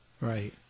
Right